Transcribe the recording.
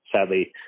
sadly